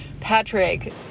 Patrick